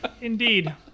Indeed